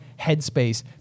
headspace